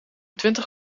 twintig